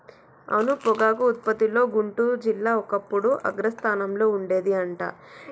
అవును పొగాకు ఉత్పత్తిలో గుంటూరు జిల్లా ఒకప్పుడు అగ్రస్థానంలో ఉండేది అంట